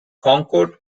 concord